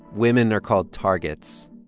women are called targets.